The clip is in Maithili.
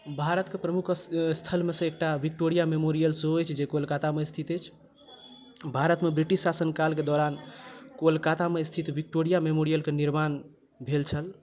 भारत के प्रमुख स्थलमे सँ एकटा विक्टोरिया मेमोरियल सेहो अछि जे कोलकातामे स्थित अछि भारत मे ब्रिटिश शासनकालकेँ दौरान कोलकाता मे स्थित विक्टोरिया मेमोरियल के निर्माण भेल छल